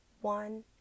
One